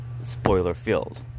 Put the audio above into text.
spoiler-filled